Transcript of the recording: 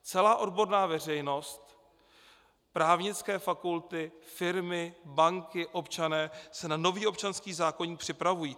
Celá odborná veřejnost, právnické fakulty, firmy, banky, občané se na nový občanský zákoník připravují.